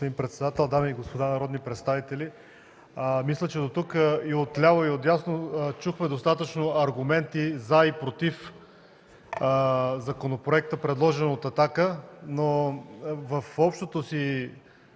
Господин председател, дами и господа народни представители! Мисля, че дотук и отляво, и отдясно чухме достатъчно аргументи „за” и „против” законопроекта, предложен от „Атака”, но в общото